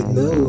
no